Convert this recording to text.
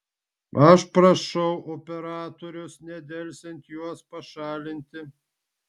aš prašau operatorius nedelsiant juos pašalinti